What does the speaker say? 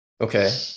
Okay